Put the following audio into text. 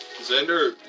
Xander